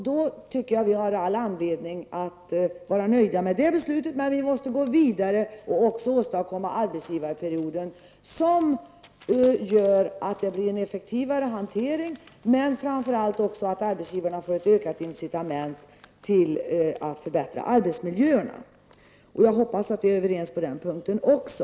Vi tycker att vi har anledning att vara nöjda med beslutet, men vi måste gå vidare och åstadkomma en arbetsgivarperiod, som gör att det blir en effektivare hantering men framför allt att arbetsgivarna får ett ökat incitament att förbättra arbetsmiljön. Jag hoppas att vi kan vara överens på den punkten också.